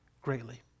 greatly